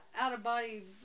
out-of-body